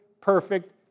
perfect